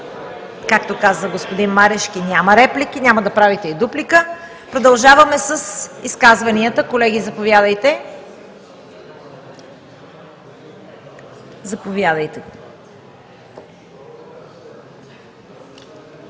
Както каза господин Марешки: няма реплики, няма да правите и дуплика. Продължаваме с изказванията. Колеги, заповядайте. Заповядайте,